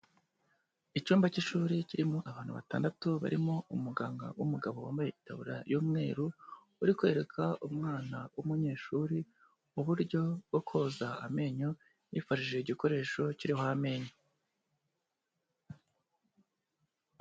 Icyumba cy'ishuri kirimo abantu batandatu barimo umuganga w'umugabo wambaye itabuririya y'umweru, uri kwereka umwana w'umunyeshuri uburyo bwo koza amenyo, yifashishije igikoresho kiriho amenyo.